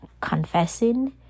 confessing